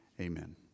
Amen